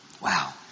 Wow